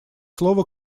слово